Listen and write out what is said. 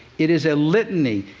it is a litany.